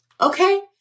okay